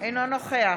אינו נוכח